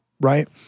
Right